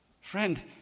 Friend